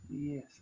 yes